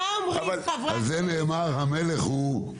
על זה נאמר, המלך הוא...